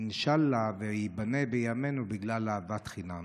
אינשאללה שייבנה בימינו בגלל אהבת חינם.